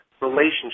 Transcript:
relationship